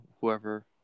whoever